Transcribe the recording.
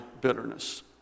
bitterness